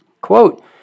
Quote